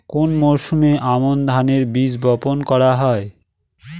কোন মরশুমে আমন ধানের বীজ বপন করা হয়?